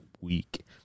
week